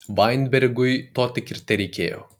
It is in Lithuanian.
vainbergui to tik ir tereikėjo